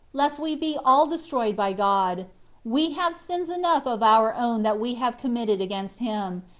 lest we be all destroyed by god we have sins enough of our own that we have committed against him,